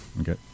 Okay